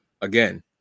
Again